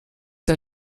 der